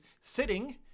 sitting